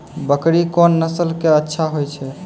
बकरी कोन नस्ल के अच्छा होय छै?